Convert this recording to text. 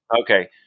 Okay